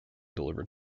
delivered